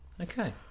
Okay